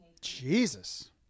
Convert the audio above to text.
Jesus